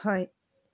हय